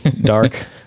dark